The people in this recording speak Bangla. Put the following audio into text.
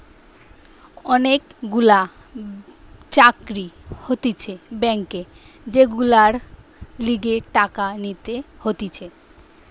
অনেক গুলা চাকরি হতিছে ব্যাংকে যেগুলার লিগে টাকা নিয়ে নিতেছে